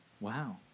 Wow